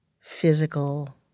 physical